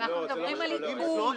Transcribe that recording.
היועץ המפטי לממשלה שיקף את הדין הקיים.